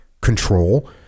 control